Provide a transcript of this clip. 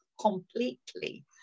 completely